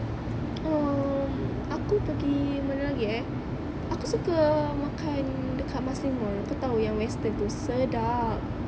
um aku pergi mana lagi eh aku suka makan dekat marsiling mall kau tahu yang western tu sedap